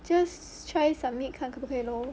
just try submit 看可不可以 lor